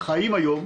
אנשים שחיים היום,